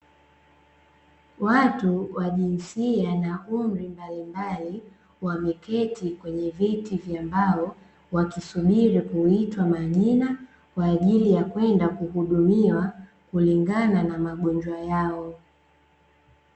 Watu wa jinsia na umri mbalimbali wameketi kwenye viti vya mbao, wakisubiri kuitwa majina, kwa ajili ya kwenda kuhudumiwa kulingana na magonjwa yao.